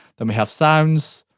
then we have sounds.